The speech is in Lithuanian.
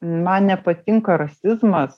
man nepatinka rasizmas